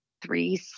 three